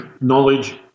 knowledge